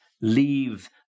leave